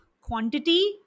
quantity